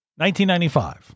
1995